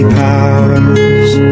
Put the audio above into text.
powers